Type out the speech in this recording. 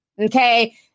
Okay